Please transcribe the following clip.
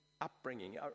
upbringing